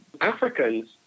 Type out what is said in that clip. Africans